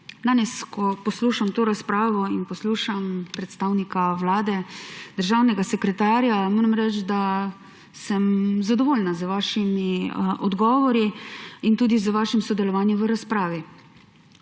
danes poslušam to razpravo in poslušam predstavnika Vlade, državnega sekretarja, moram reči, da sem zadovoljna z vašimi odgovori in tudi z vašim sodelovanjem v razpravi.